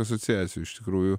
asociacijų iš tikrųjų